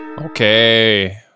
okay